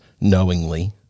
knowingly